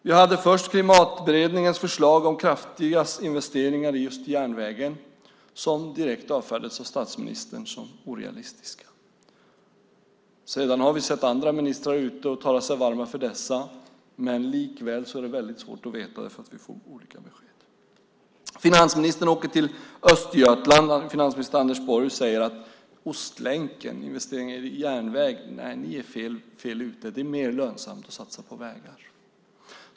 Vi hade först Klimatberedningens förslag om kraftiga investeringar i just järnvägen som direkt avfärdades av statsministern som orealistiska. Sedan har vi sett andra ministrar gå ut och tala sig varma för dessa. Men likväl är det väldigt svårt att veta hur det är, eftersom vi får olika besked. Finansminister Anders Borg åker till Östergötland och säger om investeringar i järnväg för Ostlänken: Ni är fel ute. Det är mer lönsamt att satsa på vägar.